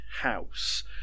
house